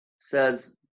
Says